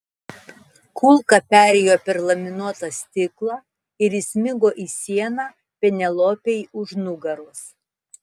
kulka perėjo per laminuotą stiklą ir įsmigo į sieną penelopei už nugaros